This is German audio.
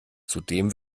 zudem